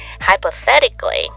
hypothetically